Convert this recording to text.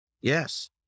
Yes